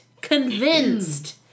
convinced